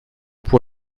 pour